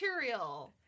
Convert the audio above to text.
material